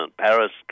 Paris